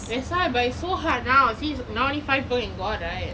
that's why but it's so hard now since now only five people can go out right